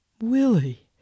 Willie